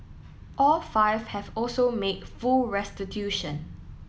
all five have also made full restitution